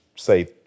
Say